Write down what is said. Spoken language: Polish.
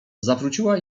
zawróciła